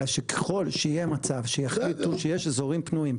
אלא שככל שיהיה מצב שיחליטו שיש אזורים פנויים,